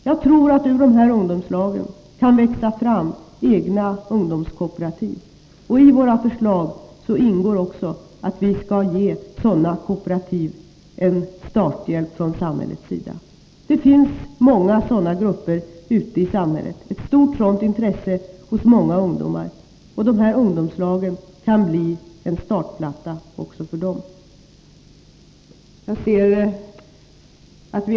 Jag tror att ur ungdomslagen kan växa fram egna ungdomskooperativ, och i våra förslag ingår också att vi skall ge sådana kooperativ en starthjälp från samhällets sida. Det finns många sådana grupper ute i samhället, ett stort intresse hos många ungdomar, och ungdomslagen kan bli en startplatta också för dem.